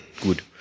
Good